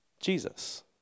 Jesus